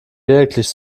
wirklich